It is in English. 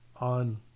on